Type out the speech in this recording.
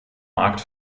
markt